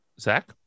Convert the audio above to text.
Zach